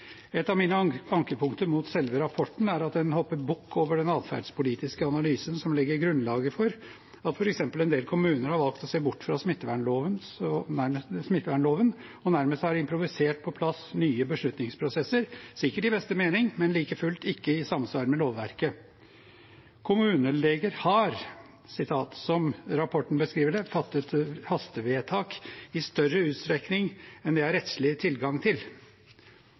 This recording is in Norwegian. Et av mine ankepunkter mot selve rapporten er at den hopper bukk over den atferdspolitiske analysen som legger grunnlaget for at f.eks. en del kommuner har valgt å se bort fra smittevernloven og nærmest har improvisert på plass nye beslutningsprosesser – sikkert i beste mening, men like fullt ikke i samsvar med lovverket. Som rapporten beskriver det: «Kommunelegene har fattet hastevedtak […] i noe større utstrekning enn det er rettslig adgang til.»